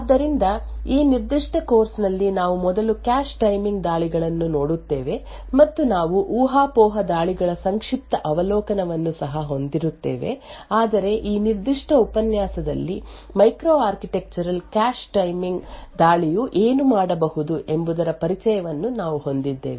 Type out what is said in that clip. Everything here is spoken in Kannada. ಆದ್ದರಿಂದ ಈ ನಿರ್ದಿಷ್ಟ ಕೋರ್ಸ್ ನಲ್ಲಿ ನಾವು ಮೊದಲು ಕ್ಯಾಶ್ ಟೈಮಿಂಗ್ ದಾಳಿಗಳನ್ನು ನೋಡುತ್ತೇವೆ ಮತ್ತು ನಾವು ಊಹಾಪೋಹ ದಾಳಿಗಳ ಸಂಕ್ಷಿಪ್ತ ಅವಲೋಕನವನ್ನು ಸಹ ಹೊಂದಿರುತ್ತೇವೆ ಆದರೆ ಈ ನಿರ್ದಿಷ್ಟ ಉಪನ್ಯಾಸದಲ್ಲಿ ಮೈಕ್ರೋ ಆರ್ಕಿಟೆಕ್ಚರಲ್ ಕ್ಯಾಶ್ ಟೈಮಿಂಗ್ ದಾಳಿಯು ಏನು ಮಾಡಬಹುದು ಎಂಬುದರ ಪರಿಚಯವನ್ನು ನಾವು ಹೊಂದಿದ್ದೇವೆ